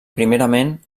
primerament